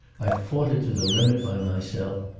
i've fought it to the limit by myself.